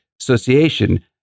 association